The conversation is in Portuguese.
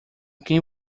quem